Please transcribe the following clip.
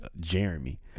Jeremy